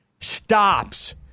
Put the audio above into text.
stops